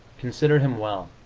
consider him well.